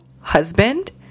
husband